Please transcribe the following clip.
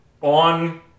on